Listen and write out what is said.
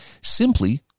simply